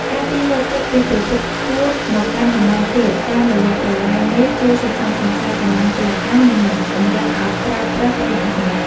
ការទាញយកទឹកពីប្រភពខ្ពស់មកកាន់តំបន់ទាបតាមរយៈប្រឡាយមេជួយសន្សំសំចៃកម្លាំងពលកម្ម និងមិនតម្រូវឱ្យប្រើប្រាស់ប្រេងឥន្ធនៈ។